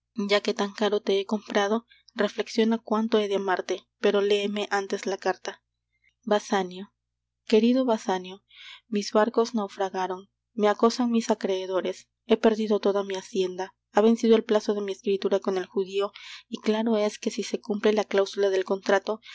ya que tan caro te he comprado reflexiona cuánto he de amarte pero léeme antes la carta basanio querido basanio mis barcos naufragaron me acosan mis acreedores he perdido toda mi hacienda ha vencido el plazo de mi escritura con el judío y claro es que si se cumple la cláusula del contrato